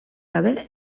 gabe